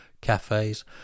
cafes